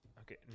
Okay